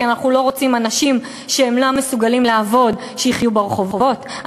כי אנחנו לא רוצים שאנשים שאינם מסוגלים יחיו ברחובות,